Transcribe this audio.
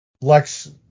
Lex